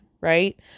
right